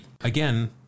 Again